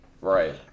Right